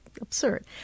absurd